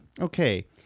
okay